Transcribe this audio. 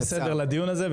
יש סדר לדיון הזה,